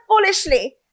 foolishly